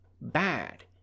bad